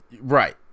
Right